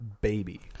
baby